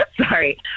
sorry